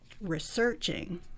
researching